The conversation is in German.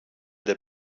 der